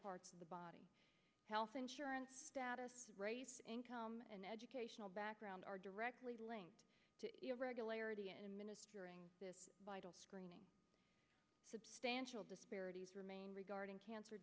parts of the body health insurance status income and educational background are directly linked to irregularity in minutes during this vital screening substantial disparities remain regarding cancer